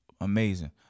Amazing